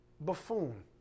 buffoon